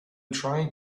trying